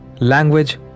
Language